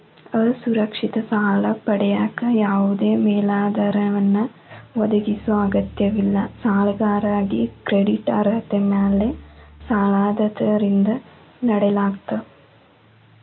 ಅಸುರಕ್ಷಿತ ಸಾಲ ಪಡೆಯಕ ಯಾವದೇ ಮೇಲಾಧಾರವನ್ನ ಒದಗಿಸೊ ಅಗತ್ಯವಿಲ್ಲ ಸಾಲಗಾರಾಗಿ ಕ್ರೆಡಿಟ್ ಅರ್ಹತೆ ಮ್ಯಾಲೆ ಸಾಲದಾತರಿಂದ ನೇಡಲಾಗ್ತ